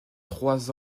trois